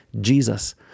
Jesus